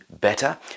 better